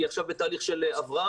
היא עכשיו בתהליך של הבראה.